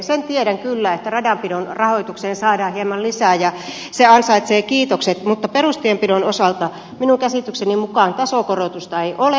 sen tiedän kyllä että radanpidon rahoitukseen saadaan hieman lisää ja se ansaitsee kiitokset mutta perustienpidon osalta minun käsitykseni mukaan tasokorotusta ei ole